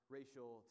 racial